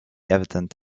evident